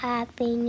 Happy